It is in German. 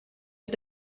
mit